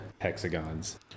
Hexagons